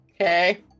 Okay